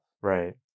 right